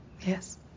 Yes